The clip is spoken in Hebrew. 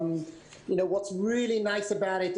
מה שבאמת נחמד זה,